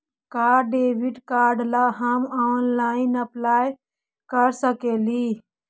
का debit card ला हम ऑनलाइन अप्लाई कर सकली हे?